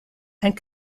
and